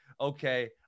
okay